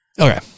Okay